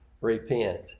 repent